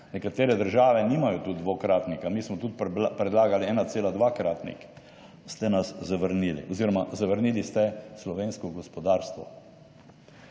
Nekatere države nimajo tu dvokratnika, mi smo tudi predlagali 1,2- kratnik, pa ste nas zavrnili oziroma zavrnili ste slovensko gospodarstvo.